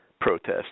protest